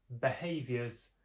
behaviors